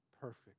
perfect